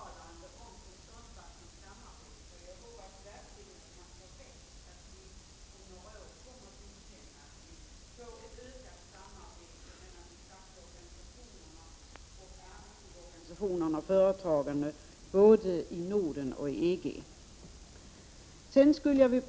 Herr talman! Jag vill först tacka Nic Grönvall för hans uttalande om koncernfackligt samarbete. Jag hoppas verkligen att han får rätt i sin förhoppning om att vi om några år kommer dithän att vi får ett ökat samarbete mellan de fackliga organisationerna, arbetsgivarorganisationerna och företagen i både Norden och EG.